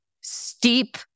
steep